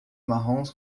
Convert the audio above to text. marrons